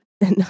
no